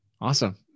Awesome